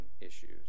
issues